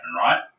right